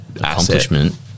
accomplishment